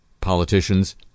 politicians